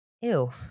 Ew